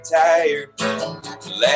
tired